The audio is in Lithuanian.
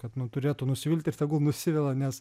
kad nu turėtų nusivilt ir tegul nusivila nes